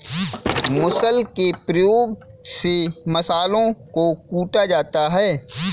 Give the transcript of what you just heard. मुसल के प्रयोग से मसालों को कूटा जाता है